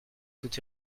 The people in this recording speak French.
tout